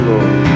Lord